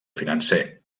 financer